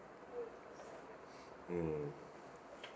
mm